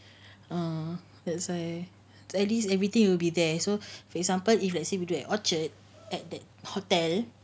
ah that's why at least everything will be there so for example if let's say you do at orchard at that hotel